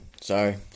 Sorry